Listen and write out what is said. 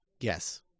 Yes